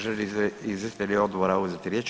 Žele li izvjestitelji odbora uzeti riječ?